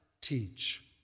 teach